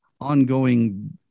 ongoing